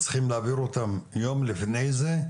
צריכים להעביר אותן יום לפני זה,